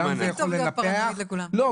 כי גם זה יכול לנפח כאילו,